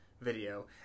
video